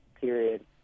period